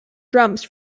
drums